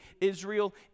Israel